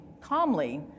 calmly